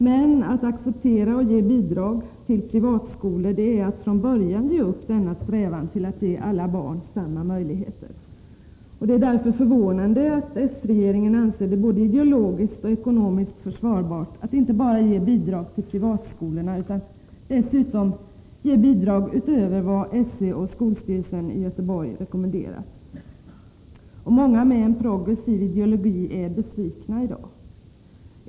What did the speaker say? Men att acceptera och ge bidrag till privatskolor är att från början ge upp denna strävan att alla barn skall ha samma möjligheter. Det är förvånande att den socialdemokratiska regeringen anser det både ideologiskt och ekonomiskt försvarbart att inte bara ge bidrag till privatskolorna utan dessutom ge bidrag utöver vad SÖ och skolstyrelsen i Göteborg har rekommenderat. Många med en progressiv ideologi är i dag besvikna.